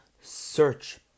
search